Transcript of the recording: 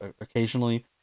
occasionally